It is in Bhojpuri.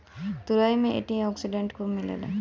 तुरई में एंटी ओक्सिडेंट खूब मिलेला